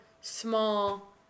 small